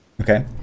Okay